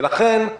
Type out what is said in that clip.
ולכן,